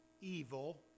evil